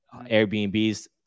Airbnbs